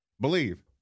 believe